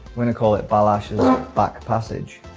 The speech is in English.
we're gonna call it balazs's back passage.